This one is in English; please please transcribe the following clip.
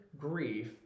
grief